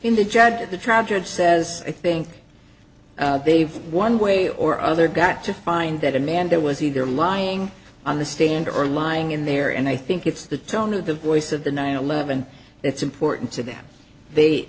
when the judge at the trial judge says i think they've one way or other got to find that amanda was either lying on the stand or lying in there and i think it's the tone of the voice of the nine eleven that's important to them they